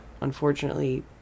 unfortunately